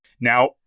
Now